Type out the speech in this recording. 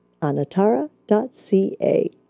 anatara.ca